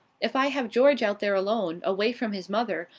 if i have george out there alone, away from his mother,